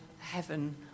heaven